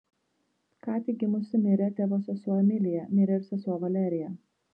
ką tik gimusi mirė tėvo sesuo emilija mirė ir sesuo valerija